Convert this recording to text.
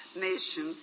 nation